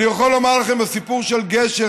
אני יכול לומר לכם מהסיפור של גשר,